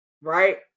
right